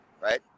right